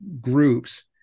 groups